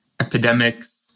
epidemics